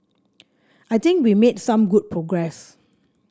I think we made some good progress